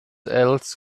else